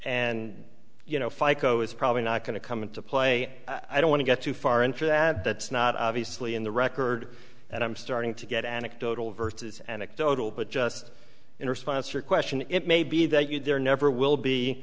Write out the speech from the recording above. and you know fica is probably not going to come into play i don't want to get too far into that that's not obviously in the record and i'm starting to get anecdotal versus anecdotal but just in response to your question it may be that you there never will be